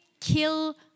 kill